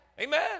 Amen